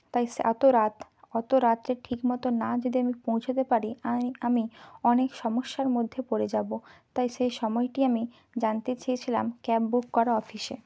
তাই অতো রাত অতো রাত্রে ঠিক মতন না যদি আমি পৌঁছোতে পারি আমি অনেক সমস্যার মধ্যে পড়ে যাবো তাই সেই সময়টি আমি জানতে চেয়েছিলাম ক্যাব বুক করা অফিসে